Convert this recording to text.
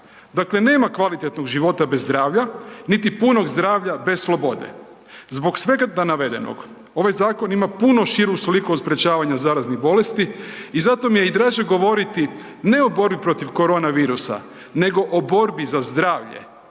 Dakle, nema kvalitetnog života bez zdravlja, niti punog zdravlja bez slobode. Zbog svega navedenoga ovaj zakon ima puno širu sliku od sprječavanja zaraznih bolesti i zato mi je i draže govoriti ne o borbi protiv korona virusa nego o borbi za zdravlje,